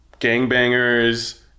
gangbangers